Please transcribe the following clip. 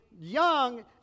Young